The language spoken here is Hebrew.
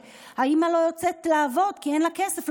שהאימא לא יוצאת לעבוד כי אין לה כסף,